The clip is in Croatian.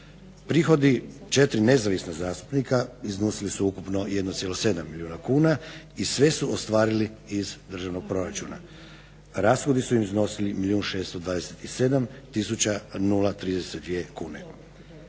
Prihodi 4 nezavisna zastupnika iznosili su ukupno 1,7 milijuna kuna i sve su ostvarili iz državnog proračuna. Rashodi su iznosili milijun